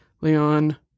Leon